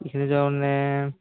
মানে